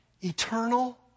eternal